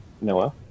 Noah